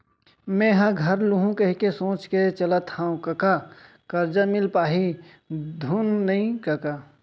मेंहा घर लुहूं कहिके सोच के चलत हँव कका करजा मिल पाही धुन नइ कका